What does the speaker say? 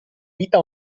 vita